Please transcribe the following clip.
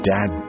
Dad